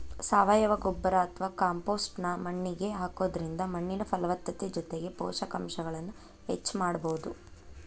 ಸಾವಯವ ಗೊಬ್ಬರ ಅತ್ವಾ ಕಾಂಪೋಸ್ಟ್ ನ್ನ ಮಣ್ಣಿಗೆ ಹಾಕೋದ್ರಿಂದ ಮಣ್ಣಿನ ಫಲವತ್ತತೆ ಜೊತೆಗೆ ಪೋಷಕಾಂಶಗಳನ್ನ ಹೆಚ್ಚ ಮಾಡಬೋದು